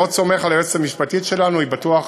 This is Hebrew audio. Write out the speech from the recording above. אני מאוד סומך על היועצת המשפטית שלנו, היא בטוח